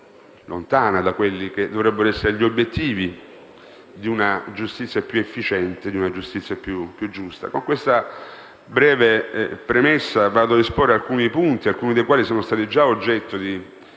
lontano da quelli che dovrebbero essere gli obiettivi di una giustizia più efficiente e più giusta. Con questa breve premessa vado a esporre alcuni punti - alcuni dei quali sono già stati oggetto di